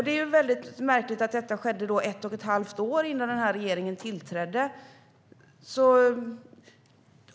Det är märkligt att detta skedde ett och ett halvt år innan den här regeringen tillträdde.